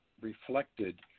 reflected